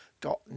Dot